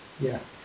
Yes